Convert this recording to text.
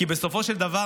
כי בסופו של דבר,